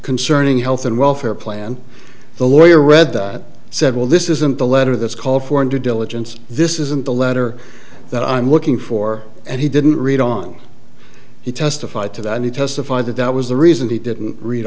concerning health and welfare plan the lawyer read that said well this isn't the letter that's called for him to diligence this isn't the letter that i'm looking for and he didn't read on he testified to that he testified that that was the reason he didn't read